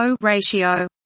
ratio